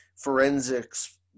forensics